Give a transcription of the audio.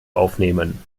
aufnehmen